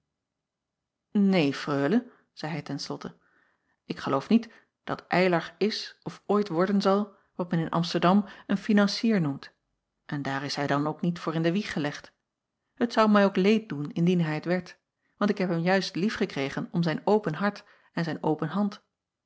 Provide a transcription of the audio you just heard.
reule zeî hij ten slotte ik geloof niet dat ylar is of ooit worden zal wat men in msterdam een financier noemt en daar is hij dan ook niet voor in de wieg gelegd et zou mij ook leed doen indien hij het werd want ik heb hem juist lief gekregen om zijn open hart en zijn open hand